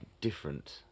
different